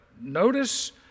Notice